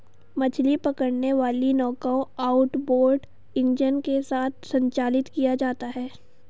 मछली पकड़ने वाली नौकाओं आउटबोर्ड इंजन के साथ संचालित किया जाता है